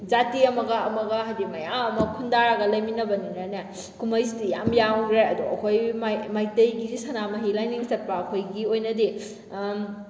ꯖꯥꯇꯤ ꯑꯃꯒ ꯑꯃꯒ ꯍꯥꯏꯗꯤ ꯃꯌꯥꯝ ꯑꯃ ꯈꯨꯟꯗꯥꯔꯒ ꯂꯩꯃꯤꯟꯅꯕꯅꯤꯅꯅꯦ ꯀꯨꯝꯍꯩꯁꯤꯗꯤ ꯌꯥꯝ ꯌꯥꯝꯈ꯭ꯔꯦ ꯑꯗꯣ ꯑꯩꯈꯣꯏ ꯃꯩꯇꯩꯒꯤꯁꯤ ꯁꯅꯥꯃꯍꯤ ꯂꯥꯏꯅꯤꯡ ꯆꯠꯄ ꯑꯩꯈꯣꯏꯒꯤ ꯑꯣꯏꯅꯗꯤ